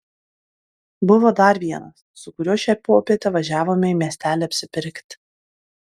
buvo dar vienas su kuriuo šią popietę važiavome į miestelį apsipirkti